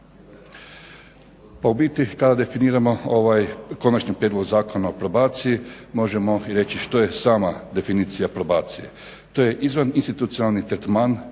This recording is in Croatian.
Pa u biti kada definiramo ovaj Konačni prijedlog zakona o probaciji možemo i reći što je sama definicija probacije. To je izvaninstitucionalni tretman